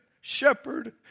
shepherd